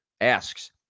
asks